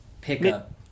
pickup